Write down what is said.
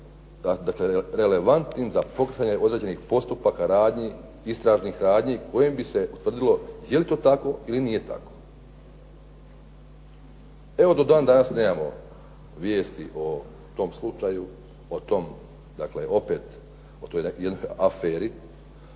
relevantnim za pokretanje određenih postupaka radnji, istražnih radnji kojim bi se utvrdilo je li to tako ili nije tako. Evo do dan danas nemamo vijesti o tom slučaju o tom opet jednoj aferi.